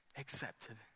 accepted